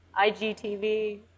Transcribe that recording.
igtv